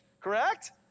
correct